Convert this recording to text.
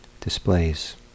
displays